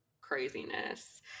Craziness